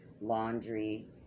laundry